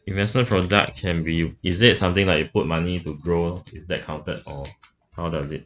investment product can be is it something like you put money to grow is that counted or how does it